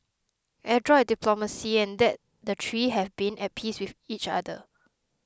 adroit diplomacy and that the three have been at peace with each another